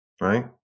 right